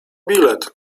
bilet